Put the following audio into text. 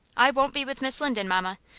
i won't be with miss linden, mamma.